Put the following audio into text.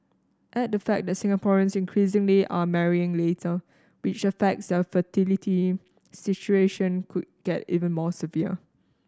add the fact that Singaporeans increasingly are marrying later which affects their fertility situation could get even more severe